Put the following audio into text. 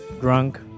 drunk